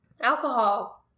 alcohol